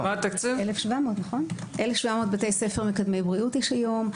1,700 בתי ספר מקדמי בריאות יש היום,